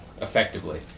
effectively